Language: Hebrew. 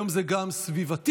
והיום זה גם סביבתית,